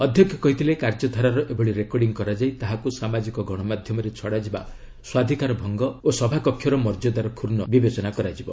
ଅଧ୍ୟକ୍ଷ କହିଥିଲେ କାର୍ଯ୍ୟଧାରାର ଏଭଳି ରେକର୍ଡିଂ କରାଯାଇ ତାହାକୁ ସାମାଜିକ ଗଣମାଧ୍ୟମରେ ଛଡ଼ାଯିବା ସ୍ନାଧୀକାର ଭଙ୍ଗ ଓ ସଭାକକ୍ଷର ମର୍ଯ୍ୟାଦାର କ୍ଷୁର୍ଣ୍ଣ ବିବେଚନା କରାଯିବ